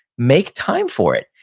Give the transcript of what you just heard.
make time for it.